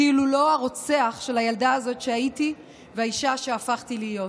כאילו הוא לא הרוצח של הילדה הזאת שהייתי והאישה שהפכתי להיות.